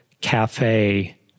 cafe